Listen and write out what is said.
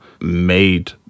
made